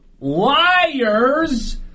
liars